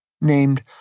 named